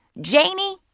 Janie